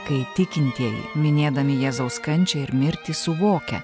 kai tikintieji minėdami jėzaus kančią ir mirtį suvokia